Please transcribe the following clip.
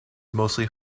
mostly